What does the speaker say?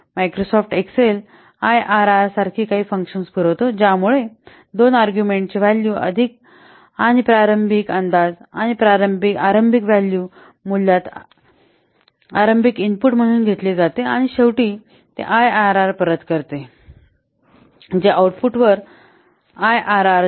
Microsoft Excel IRR सारखी काही functions पुरवतो ज्यामुळे दोन अर्ग्युमेंट चे व्हॅल्यूआणि प्रारंभिक अंदाज आणि आरंभिक व्हॅल्यू मूल्यात आरंभिक इनपुट म्हणून घेतले जाते आणि शेवटी ते आयआरआर परत करते जे आउटपुटवर आयआरआर देते